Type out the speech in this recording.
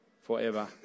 forever